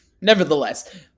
Nevertheless